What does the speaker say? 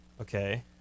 Okay